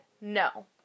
No